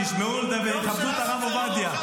שיכבדו את הרב עובדיה.